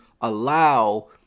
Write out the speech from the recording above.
allow